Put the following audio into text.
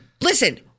listen